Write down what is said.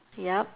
yup